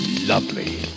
lovely